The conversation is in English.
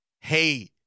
Hey